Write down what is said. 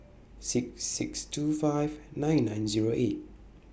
six six two five nine nine Zero eight